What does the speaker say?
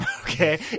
Okay